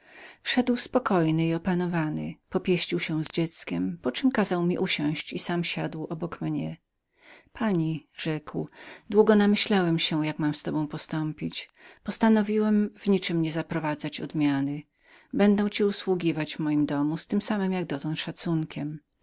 wszedł poważnie popieścił się z dzieckiem poczem kazał mi usiąść i siadł obok mnie pani rzekł długo zastanowiałem się jak mam z tobą postąpić namyśliłem się aby w niczem nie zaprowadzać odmiany będą ci usługiwać w moim domu z tym samym jak dotąd szacunkiem